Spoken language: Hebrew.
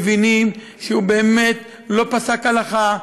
מבינים שהוא לא פסק הלכה,